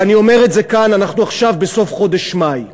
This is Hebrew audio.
ואני אומר את זה כאן, אנחנו עכשיו בסוף חודש מאי,